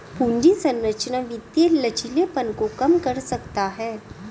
पूंजी संरचना वित्तीय लचीलेपन को कम कर सकता है